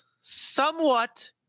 somewhat